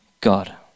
God